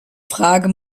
frage